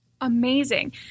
amazing